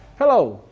hello,